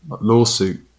lawsuit